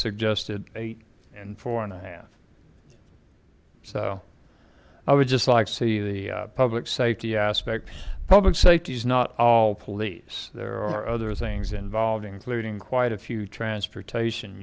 suggested eight and four and a half so i would just like to see the public safety aspect public safety is not all police there are other things involved including quite a few transportation